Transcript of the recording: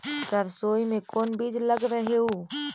सरसोई मे कोन बीज लग रहेउ?